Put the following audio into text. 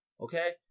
Okay